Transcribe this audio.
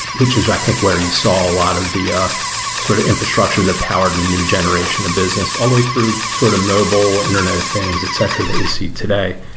which is i think where we saw a lot of the ah sort of infrastructure that powered the new generation of business. all the way through sort of mobile, internet of things, etc, that we see today.